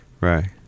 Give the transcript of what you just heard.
right